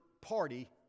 party